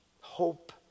Hope